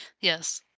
Yes